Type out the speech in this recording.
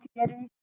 together